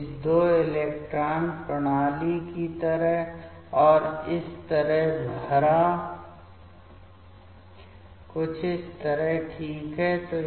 तो इस 2 इलेक्ट्रॉन प्रणाली की तरह और इस तरह से भरा कुछ इस तरह ठीक है